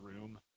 room